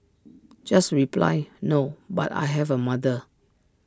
just reply no but I have A mother